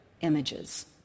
images